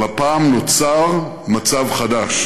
אבל הפעם נוצר מצב חדש: